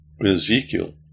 Ezekiel